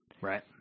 Right